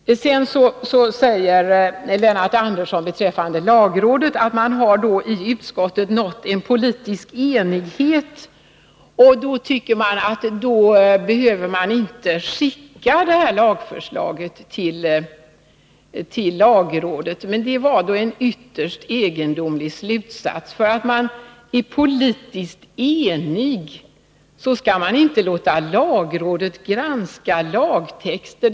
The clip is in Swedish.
Beträffande lagrådet säger Lennart Andersson att man i utskottet har nått politisk enighet och därför tycker att man inte behöver skicka detta lagförslag till lagrådet. Det var en ytterst egendomlig slutsats — på grund av att man är politiskt enig skulle man inte låta lagrådet granska lagtexter.